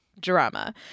drama